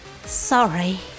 Sorry